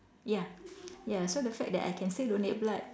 ya ya so the fact that I can still donate blood